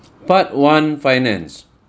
part one finance